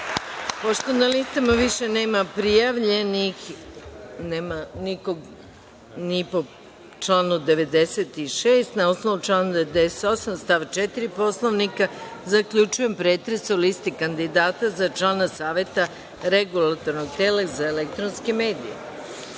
Pošto na listama više nema prijavljenih, nema nikog ni po članu 96. na osnovu člana 98. stav 4. Poslovnika zaključujem pretres o listi kandidata za člana Saveta Regulatornog tela za elektronske